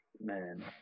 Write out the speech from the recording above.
Man